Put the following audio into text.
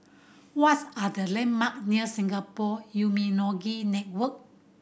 what's are the landmark near Singapore Immunology Network